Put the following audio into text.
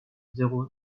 zéro